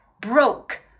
broke